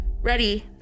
Ready